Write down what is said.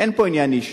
אין פה עניין אישי.